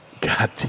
god